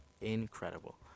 incredible